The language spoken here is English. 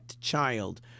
child